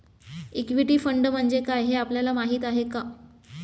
Equity fund म्हणजे काय, हे आपल्याला माहीत आहे का?